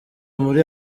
muri